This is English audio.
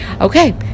Okay